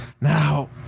Now